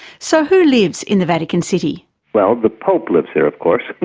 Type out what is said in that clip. so who lives in the vatican city? well, the pope lives here of course.